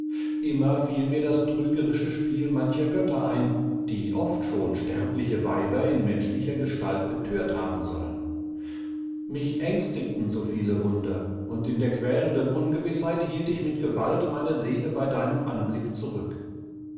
immer fiel mir das trügerische spiel mancher götter ein die oft schon sterbliche weiber in menschlicher gestalt bethört haben sollen mich ängstigten so viele wunder und in der quälenden ungewißheit hielt ich mit gewalt meine seele bei deinem anblick zurück